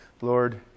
Lord